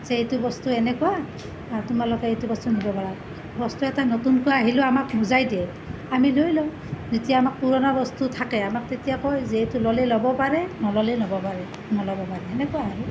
যে এইটো বস্তু এনেকুৱা তোমালোকে এইটো বস্তু নিব পাৰা বস্তু এটা নতুনকৈ আহিলে আমাক বুজাই দিয়ে আমি লৈ লওঁ যেতিয়া আমাক পুৰণা বস্তু থাকে আমাক তেতিয়া কয় যে এইটো ল'লে ল'ব পাৰে নললে ল'ব পাৰে নলব পাৰে সেনেকুৱা আৰু